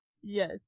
Yes